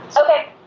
Okay